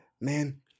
man